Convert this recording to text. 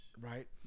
right